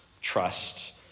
trust